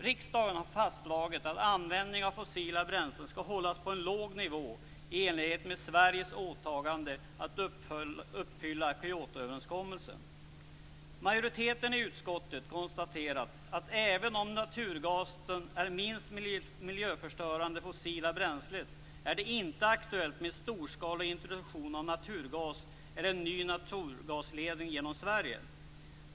Riksdagen har fastslagit att användning av fossila bränslen skall hållas på en låg nivå i enlighet med Sveriges åtagande att uppfylla Kyotoöverenskommelsen. Majoriteten i utskottet konstaterar att även om naturgasen är det minst miljöförstörande fossila bränslet är det inte aktuellt med storskalig introduktion av naturgas eller ny naturgasledning genom Sverige.